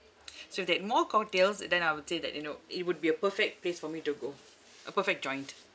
so if they'd more cocktails then I would say that you know it would be a perfect place for me to go a perfect joint